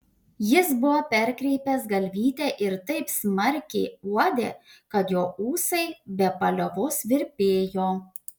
jis buvo perkreipęs galvytę ir taip smarkiai uodė kad jo ūsai be paliovos virpėjo